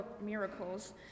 miracles